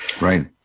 Right